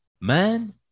Man